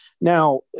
Now